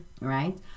Right